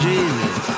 Jesus